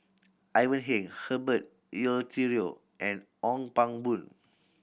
Ivan Heng Herbert Eleuterio and Ong Pang Boon